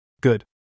Good